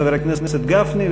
חבר הכנסת גפני,